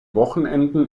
wochenenden